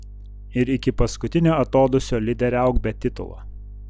ir iki paskutinio atodūsio lyderiauk be titulo